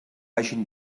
hagin